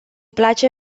place